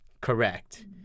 correct